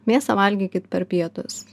mėsą valgykit per pietus